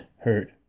hurt